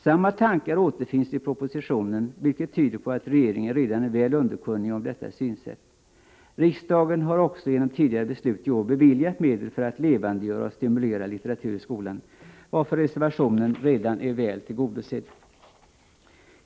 Samma tankar återfinns i propositionen, vilket tyder på att regeringen redan är väl underkunnig om detta synsätt. Riksdagen har också genom tidigare beslut i år beviljat medel för att levandegöra och stimulera litteratur i skolan, varför reservationen redan är väl tillgodosedd.